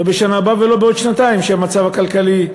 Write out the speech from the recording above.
לא בשנה הבאה ולא בעוד שנתיים, כשהמצב הכלכלי,